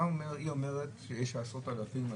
היא אומרת שיש עשרות אלפים,